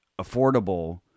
affordable